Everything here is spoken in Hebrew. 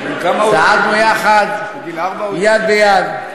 צעדנו יחד יד ביד.